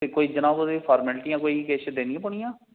ते कोई जनाब ओह्दे च कोई फॉर्मेलिटियां ओह्दे बिच्च कोई देनियां पौनियां